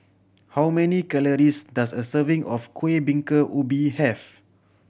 how many calories does a serving of Kueh Bingka Ubi have